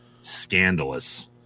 scandalous